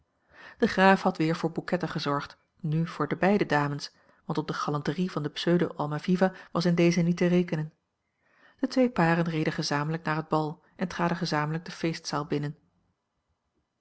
de graaf had weer voor bouquetten gezorgd n voor de beide dames want op de galanterie van den pseudo almaviva was in deze niet te rekenen de twee paren reden gezamenlijk naar het bal en traden gezamenlijk de feestzaal binnen